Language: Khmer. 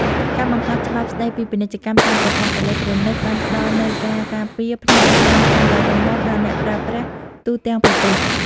ការបង្កើតច្បាប់ស្តីពីពាណិជ្ជកម្មតាមប្រព័ន្ធអេឡិចត្រូនិកបានផ្តល់នូវការការពារផ្នែកច្បាប់កាន់តែរឹងមាំដល់អ្នកប្រើប្រាស់ទូទាំងប្រទេស។